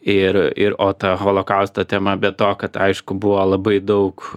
ir ir o ta holokausto tema be to kad aišku buvo labai daug